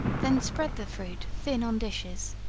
then spread the fruit thin on dishes,